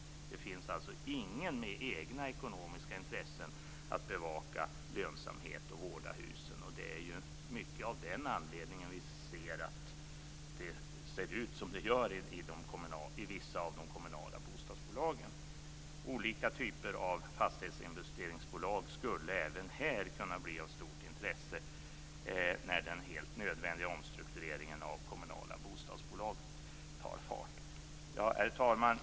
Det finns alltså ingen med egna ekonomiska intressen som bevakar lönsamhet och vårdar husen. Det är mycket av den anledningen som det ser ut som det gör i vissa av de kommunala bostadsbolagen. Olika typer av fastighetsinvesteringsbolag skulle även här kunna bli av stort intresse när den helt nödvändiga omstruktureringen av de kommunala bostadsbolagen tar fart. Herr talman!